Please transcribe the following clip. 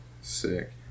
Sick